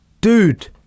dude